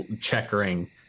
checkering